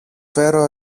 φέρω